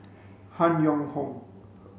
Han Yong Hong